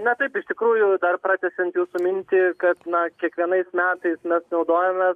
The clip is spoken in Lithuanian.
na taip iš tikrųjų dar pratęsiant jūsų mintį kad na kiekvienais metais mes naudojamės